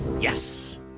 Yes